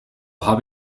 habe